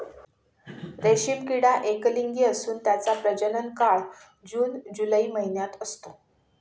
रेशीम किडा एकलिंगी असून त्याचा प्रजनन काळ जून जुलै महिन्यात असतो